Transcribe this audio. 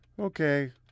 Okay